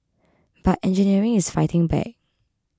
but engineering is fighting back